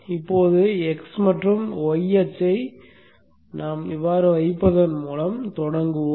இப்போது x மற்றும் y அச்சை வைப்பதன் மூலம் தொடங்குவோம்